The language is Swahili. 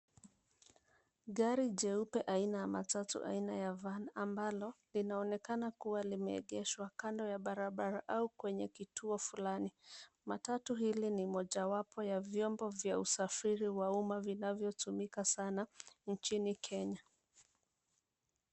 Gari jeupe aina ya matatu aina ya Vani, ambalo linaonekana kua limeegeshwa kando ya barabara au kwenye kituo fulani. Matatu hili ni mojawapo ya vyombo vya usafiri wa uma vinavyotumika sana nchini Kenya.